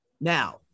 Now